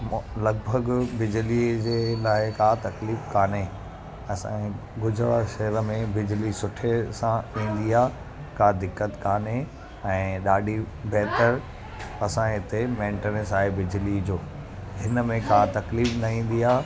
लॻभॻि बिजलीअ जे लाइ का तकलीफ़ काने असांजे गुजरात शहर में बिजली सुठे सां पवंदी आहे का दिक़त कोन्हे ऐं ॾाढी बहितरु असांजे हिते मैंटेनैंस आहे बिजली जो हिन में का तकलीफ़ न ईंदी आहे